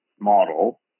model